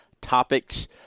topics